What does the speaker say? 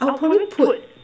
I would probably put